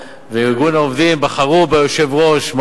וארגון העובדים בחרו ביושב-ראש,